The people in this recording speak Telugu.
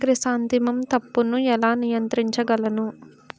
క్రిసాన్తిమం తప్పును ఎలా నియంత్రించగలను?